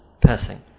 passing